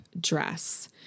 dress